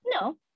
no